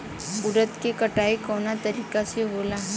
उरद के कटाई कवना तरीका से होला?